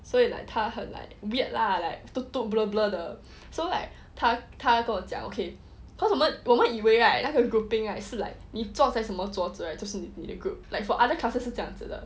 so it's like 她很 like weird lah like to toot toot blur blur 的 so like 他他跟我讲 okay cause 我们我们以为 right 那个 grouping right 是 like 你做什么桌子 right 就是 the group like for other classes 是这样子的